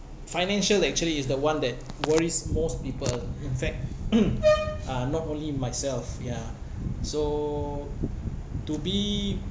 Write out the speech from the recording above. financial actually is the one that worries most people in fact uh not only myself ya so to be